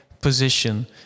position